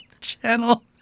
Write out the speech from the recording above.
channel